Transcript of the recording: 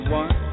one